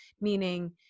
Meaning